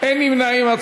אין נמנעים.